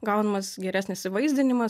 gaunamas geresnis įvaizdinimas